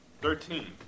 Thirteen